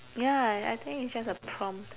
ya I I think it's just a prompt